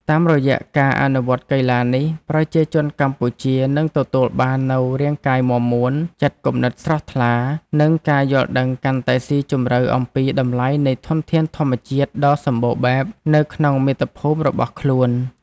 តាមរយៈការអនុវត្តកីឡានេះ ប្រជាជនកម្ពុជានឹងទទួលបាននូវ រាងកាយមាំមួន ចិត្តគំនិតស្រស់ថ្លា និងការយល់ដឹងកាន់តែស៊ីជម្រៅអំពីតម្លៃនៃធនធានធម្មជាតិដ៏សម្បូរបែបនៅក្នុងមាតុភូមិរបស់ខ្លួន។